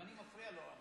אני מפריע לו.